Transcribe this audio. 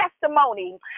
testimony